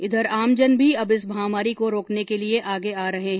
इधर आमजन भी अब इस महामारी को रोकने के लिए आगे आ रहे है